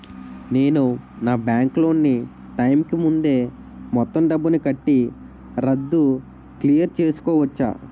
నేను నా bank loan నీ టైం కీ ముందే మొత్తం డబ్బుని కట్టి రద్దు క్లియర్ చేసుకోవచ్చా?